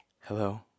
Hello